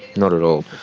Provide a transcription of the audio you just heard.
not at all.